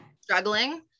struggling